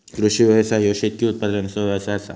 कृषी व्यवसाय ह्यो शेतकी उत्पादनाचो व्यवसाय आसा